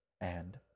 And